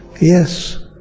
Yes